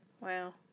Wow